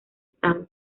estado